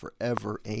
forever